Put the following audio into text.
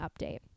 update